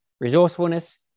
resourcefulness